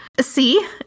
see